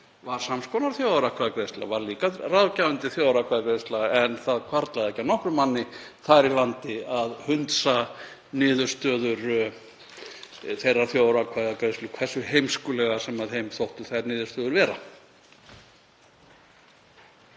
var sams konar þjóðaratkvæðagreiðsla og var líka ráðgefandi þjóðaratkvæðagreiðsla. En það hvarflaði ekki að nokkrum manni þar í landi að hunsa niðurstöður þeirrar þjóðaratkvæðagreiðslu hversu heimskulegar sem þeim þóttu þær niðurstöður vera.